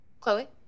Chloe